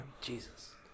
Jesus